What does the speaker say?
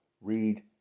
Read